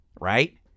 right